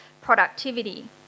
productivity